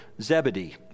Zebedee